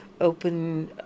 open